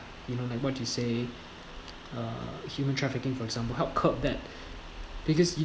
you know like what you say uh human trafficking for example help curb that because you